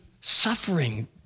suffering